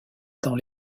dans